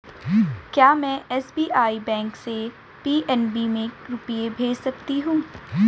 क्या में SBI bank से पी.एन.बी में रुपये भेज सकती हूँ?